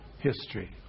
history